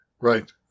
Right